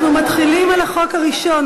אנחנו מתחילים בחוק הראשון,